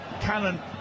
Cannon